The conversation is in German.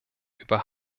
über